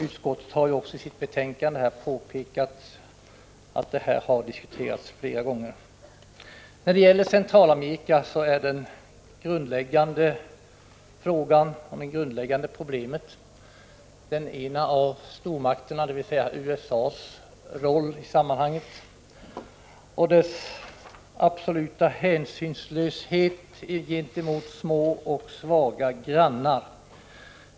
Utskottet har ju också i sitt betänkande påpekat att frågan har diskuterats flera gånger. När det gäller Centralamerika är det grundläggande problemet den ena av stormakternas, dvs. USA:s, roll i sammanhanget, USA:s absoluta hänsynslöshet gentemot små och svaga grannar.